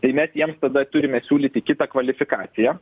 tai mes jiems tada turime siūlyti kitą kvalifikaciją